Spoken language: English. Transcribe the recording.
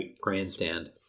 grandstand